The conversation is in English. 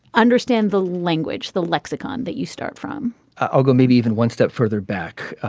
understand the language the lexicon that you start from i'll go maybe even one step further back.